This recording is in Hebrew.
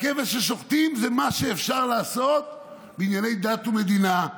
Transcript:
הכבש ששוחטים זה מה שאפשר לעשות בענייני דת ומדינה.